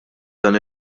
dan